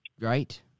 right